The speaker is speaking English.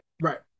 Right